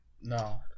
No